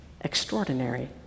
extraordinary